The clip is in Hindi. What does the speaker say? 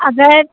अगर